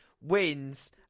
wins